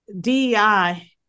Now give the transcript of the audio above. DEI